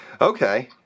okay